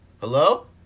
Hello